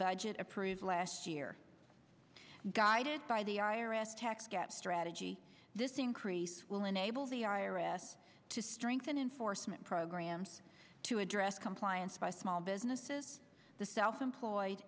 budget approved last year guided by the i r s tax get strategy this increase will enable the i r s to strengthen enforcement programs to address compliance by small businesses the south employed